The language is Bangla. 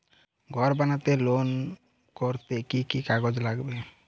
ঘর বানাতে লোন করতে কি কি কাগজ লাগবে?